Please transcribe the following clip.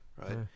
right